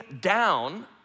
down